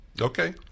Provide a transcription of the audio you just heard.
Okay